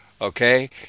Okay